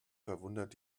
verwundert